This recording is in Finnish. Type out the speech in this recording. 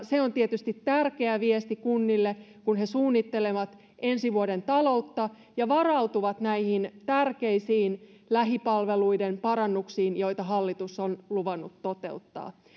se on tietysti tärkeä viesti kunnille kun ne suunnittelevat ensi vuoden taloutta ja varautuvat näihin tärkeisiin lähipalveluiden parannuksiin joita hallitus on luvannut toteuttaa